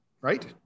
right